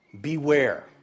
Beware